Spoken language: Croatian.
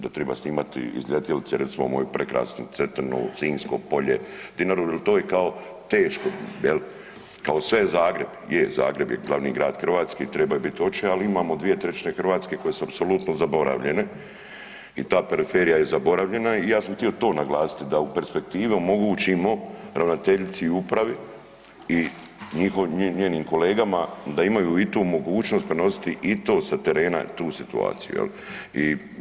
Da treba snimati iz letjelice recimo moju prekrasnu Cetinu, Sinjsko polje, Dinaru jer to je kao teško, jel', kao sve je Zagreb, je, Zagreb je glavni grad Hrvatske i treba bit i oće ali imamo 2/3 Hrvatske koje su apsolutno zaboravljene i ta periferija je zaboravljena i ja sam htio to naglasiti, da u perspektivi omogućimo ravnateljici i upravi i njenim kolegama da imaju i tu mogućnost prenositi i to sa terena i tu situaciju, jel.